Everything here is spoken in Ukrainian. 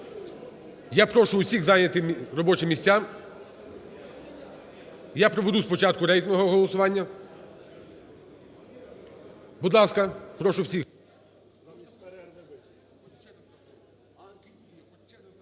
я прошу всіх зайняти робочі місця. Я проведу спочатку рейтингове голосування. Будь ласка, прошу всіх.